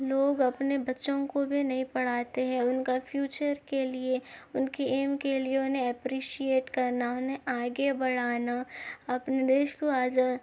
لوگ اپنے بچوں کو بھی نہیں پڑھاتے ہیں ان کا فیوچر کے لیے ان کے ایم کے لیے انہیں اپریشیئیٹ کرنا انہیں آگے بڑھانا اپنے دیش کو آزا